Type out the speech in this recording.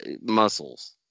muscles